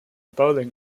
bowling